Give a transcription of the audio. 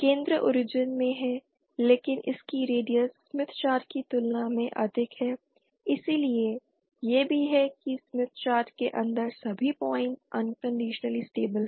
केंद्र ओरिजिन में है लेकिन इसकी रेडियस स्मिथ चार्ट की तुलना में अधिक है इसलिए यह भी है कि स्मिथ चार्ट के अंदर सभी पॉइंट्स अनकंडीशनली स्टेबिल हैं